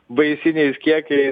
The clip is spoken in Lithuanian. baisiniais kiekiais